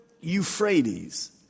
Euphrates